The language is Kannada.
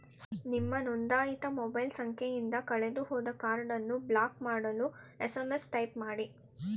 ನಿಮ್ಮ ನೊಂದಾಯಿತ ಮೊಬೈಲ್ ಸಂಖ್ಯೆಯಿಂದ ಕಳೆದುಹೋದ ಕಾರ್ಡನ್ನು ಬ್ಲಾಕ್ ಮಾಡಲು ಎಸ್.ಎಂ.ಎಸ್ ಟೈಪ್ ಮಾಡಿ